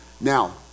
Now